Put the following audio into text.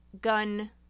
gun